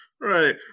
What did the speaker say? Right